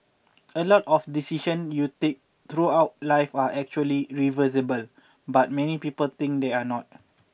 a lot of decision you take throughout life are actually reversible but many people think they're not